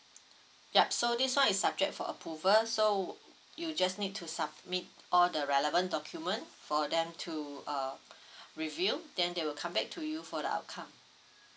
yup so this one is subject for approval so you just need to submit all the relevant document for them to uh review then they will come back to you for the outcome